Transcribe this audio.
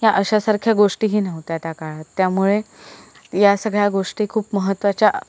ह्या अशासारख्या गोष्टीही नव्हत्या त्या काळात त्यामुळे या सगळ्या गोष्टी खूप महत्त्वाच्या